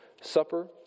Supper